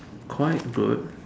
quite good